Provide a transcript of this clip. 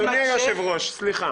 זו התגובה?